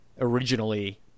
originally